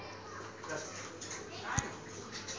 कीटकांची नावा माहीत असली तर त्येंच्यानुसार औषधाची फवारणी करू शकतव